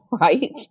right